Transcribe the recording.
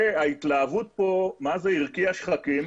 ההתלהבות פה מה זה הרקיעה שחקים,